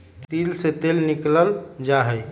तिल से तेल निकाल्ल जाहई